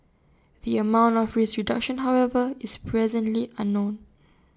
the amount of risk reduction however is presently unknown